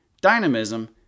dynamism